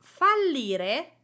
Fallire